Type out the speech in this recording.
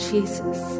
Jesus